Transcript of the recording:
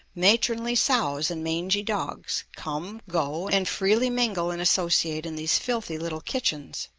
matronly sows and mangy dogs, come, go, and freely mingle and associate in these filthy little kitchens.